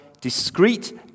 discrete